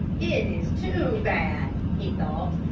it is too bad, he thought,